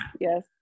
yes